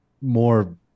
more